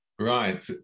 Right